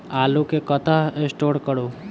आलु केँ कतह स्टोर करू?